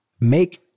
make